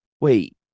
wait